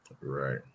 Right